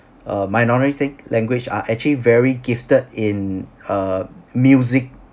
uh minority language are actually very gifted in uh music